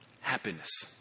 happiness